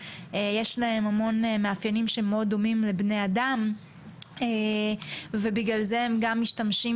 יש להם המון מאפיינים שמאוד דומים לבני אדם ובגלל זה גם משתמשים